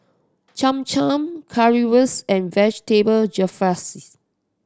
Cham Cham Currywurst and Vegetable Jalfrezi